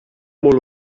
molt